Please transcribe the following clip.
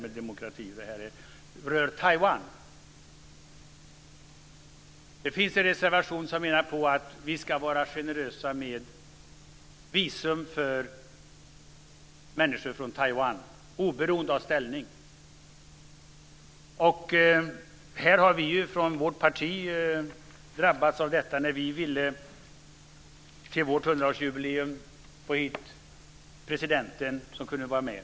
Det finns en reservation där man menar att vi ska vara generösa med visum för människor från Taiwan, oberoende av ställning. Vårt parti har drabbats av detta. Vi ville få hit presidenten till vårt hundraårsjubileum.